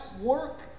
work